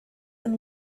and